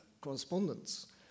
correspondence